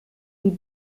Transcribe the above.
die